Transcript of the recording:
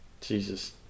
Jesus